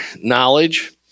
knowledge